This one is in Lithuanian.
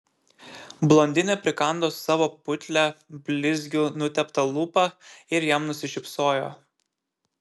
blondinė prikando savo putlią blizgiu nuteptą lūpą ir jam nusišypsojo